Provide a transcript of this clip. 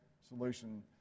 solution